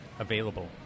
available